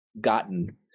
gotten